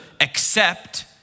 accept